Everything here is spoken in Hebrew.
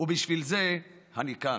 ובשביל זה אני כאן.